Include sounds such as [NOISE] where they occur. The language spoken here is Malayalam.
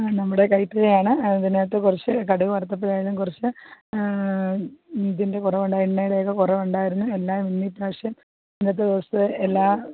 നമ്മുടെ [UNINTELLIGIBLE] ഇതിനകത്ത് കുറച്ച് കടുകുവറുത്തപ്പോഴെ കുറച്ച് ഇതിൻറ്റെ കുറവുണ്ടായിരുന്നു എണ്ണയുടെ ഒക്കെ കുറവൂടെ ഉണ്ടായിരുന്നു എല്ലാമൊന്ന് ഇപ്രാവശ്യം ഇന്നത്തെ ദിവസം എല്ലാ